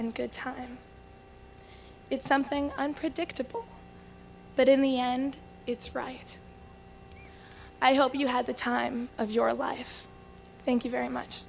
and good times it's something unpredictable but in the end it's right i hope you have the time of your life thank you very much